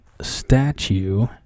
statue